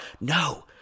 No